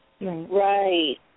Right